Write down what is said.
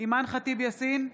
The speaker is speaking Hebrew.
אימאן ח'טיב יאסין,